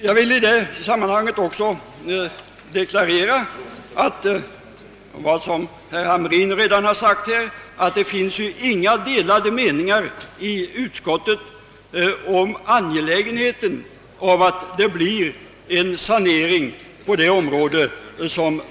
Jag vill i detta sammanhang understryka herr Hamrins i Jönköping uttalande, att det inom utskottet inte rått några delade meningar om angelägenheten av en sanering på detta område.